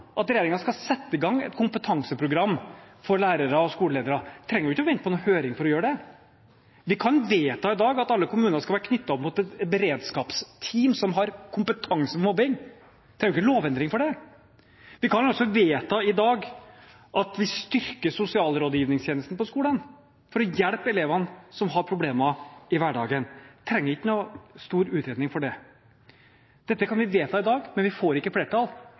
at regjeringen skal sette i gang et kompetanseprogram for lærere og skoleledere. Man trenger ikke vente på noen høring for å gjøre det. Vi kan i dag vedta at alle kommuner skal være knyttet opp mot et beredskapsteam som har kompetanse om mobbing. Man trenger ikke en lovendring for det. Vi kan i dag vedta at man styrker sosialrådgivningstjenesten på skolene for å hjelpe elevene som har problemer i hverdagen. Man trenger ikke noen stor utredning for det. Dette kan vi vedta i dag, men vi får ikke flertall